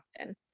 often